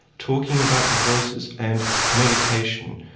talking about the voices, and medication.